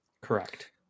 Correct